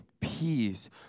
peace